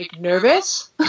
nervous